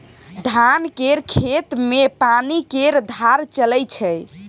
धान केर खेत मे पानि केर धार चलइ छै